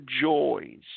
joys